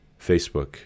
Facebook